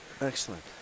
excellent